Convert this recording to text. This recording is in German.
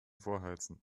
vorheizen